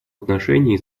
отношении